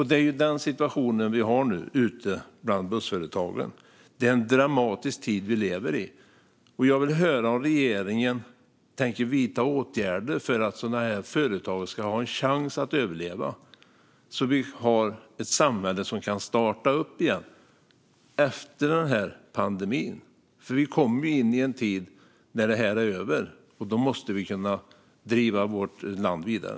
Det är en sådan situation som råder nu ute bland bussföretagen. Vi lever i en dramatisk tid. Jag vill höra om regeringen tänker vidta åtgärder för att företag som dessa ska ha en chans att överleva så att vi har ett samhälle som kan starta upp igen efter pandemin. Vi kommer ju att komma in i en tid då det här är över, och då måste vi kunna driva landet vidare.